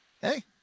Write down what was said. Hey